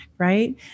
Right